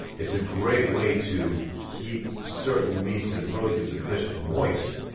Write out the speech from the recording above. it's a great way to keep certain meats and proteins and fish moist.